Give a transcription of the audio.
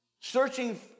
searching